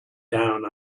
down